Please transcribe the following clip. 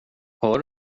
hör